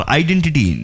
identity